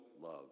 love